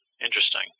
Interesting